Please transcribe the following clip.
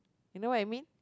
you know what I mean